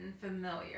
familiar